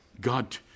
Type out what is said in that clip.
God